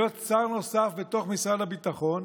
להיות שר נוסף בתוך משרד הביטחון.